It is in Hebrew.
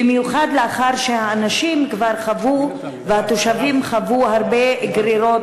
במיוחד לאחר שהאנשים והתושבים כבר חוו הרבה גרירות